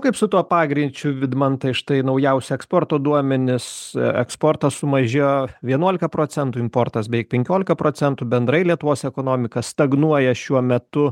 kaip su tuo pagreičiu vidmantai štai naujausi eksporto duomenys eksportas sumažėjo vienuolika procentų importas beveik penkiolika procentų bendrai lietuvos ekonomika stagnuoja šiuo metu